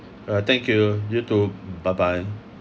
thank you you too bye bye